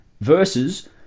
versus